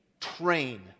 Train